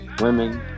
women